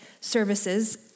services